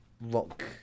rock